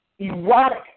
erotic